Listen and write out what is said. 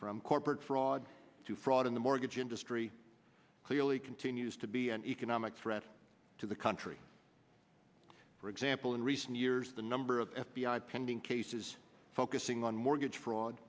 from corporate fraud to fraud in the mortgage industry clearly continues to be an economic threat to the country for example in recent years the number of f b i pending cases focusing on mortgage fraud